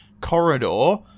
corridor